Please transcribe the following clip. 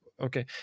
Okay